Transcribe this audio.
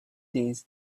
things